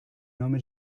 nome